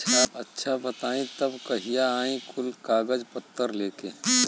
अच्छा बताई तब कहिया आई कुल कागज पतर लेके?